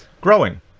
growing